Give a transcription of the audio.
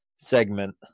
Segment